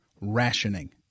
rationing